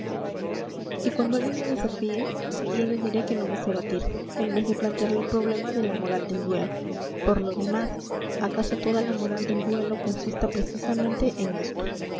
y cuando alguien me desafíe yo le diré que no me sé batir en vez de plantearle el problema de la moral del duelo por lo demás acaso toda la moral del duelo consista precisamente en esto